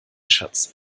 schatz